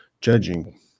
judging